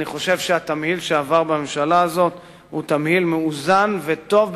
אני חושב שהתמהיל שעבר בממשלה הזאת הוא תמהיל מאוזן וטוב,